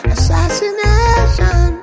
Assassination